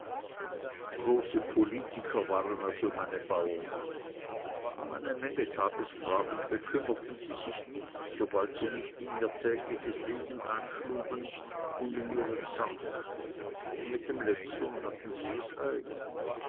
große politiker waren also meine bauern nicht um eine menge tagesfragen bekümmerten sie sich nicht sobald sie nicht in ihr tägliches leben einschlugen und in ihren sack und mit den letztern hatten sie es eigen